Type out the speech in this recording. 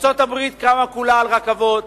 ארצות-הברית קמה כולה על רכבות,